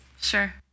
Sure